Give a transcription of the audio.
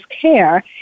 care